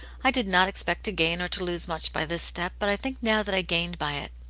i did not expect to gain or to lose much by this step, but i think now that i gained by it.